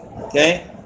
Okay